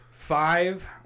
Five